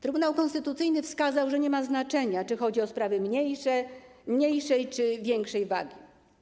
Trybunał Konstytucyjny wskazał, że nie ma znaczenia, czy chodzi o sprawy mniejszej, czy większej wagi.